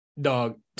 Dog